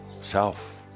self